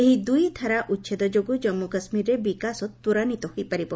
ଏହି ଦୁଇ ଧାରା ଉଛେଦ ଯୋଗୁଁ ଜାନ୍ମୁ କାଶ୍କୀରରେ ବିକାଶ ତ୍ୱରାନ୍ୱିତ ହୋଇପାରିବ